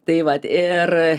tai vat ir